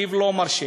התקציב לא מרשה.